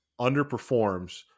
underperforms